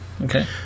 Okay